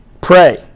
Pray